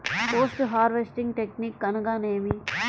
Post harvesting technique అనగా నేమి?